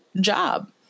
job